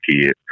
kids